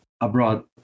abroad